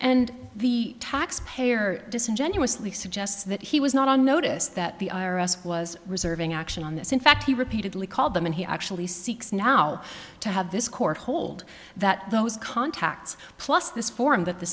and the taxpayer disingenuously suggests that he was not on notice that the i r s was reserving action on this in fact he repeatedly called them and he actually seeks now to have this court hold that those contacts plus this form that the